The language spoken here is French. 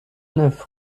neuf